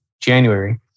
January